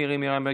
מירי מרים רגב,